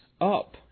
up